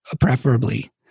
preferably